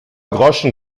groschen